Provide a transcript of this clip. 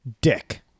dick